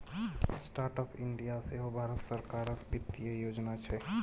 startup India सेहो भारत सरकारक बित्तीय योजना छै